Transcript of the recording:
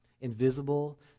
invisible